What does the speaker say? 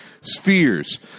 spheres